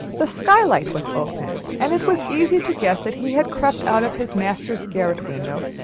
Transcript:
the skylight was open, and it was easy to guess that he had crept out of his master's garret-window,